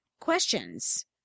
questions